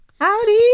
Howdy